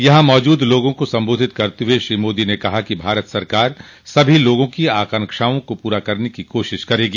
यहां मौजूद लोगों को संबोधित करते हुए श्री मोदी ने कहा कि भारत सरकार सभी लोगों की आकांक्षाओं को पूरा करने की कोशिश करेगी